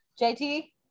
JT